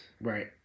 Right